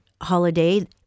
holiday